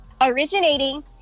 Originating